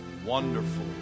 Wonderful